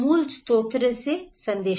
मूल स्रोत से संदेश